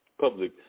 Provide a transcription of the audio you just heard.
public